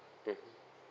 mmhmm